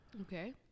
Okay